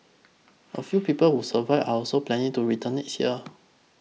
a few pupil who survived are also planning to return next year